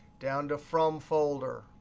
down to from folder.